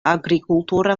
agrikultura